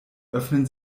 öffnen